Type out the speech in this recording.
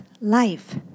life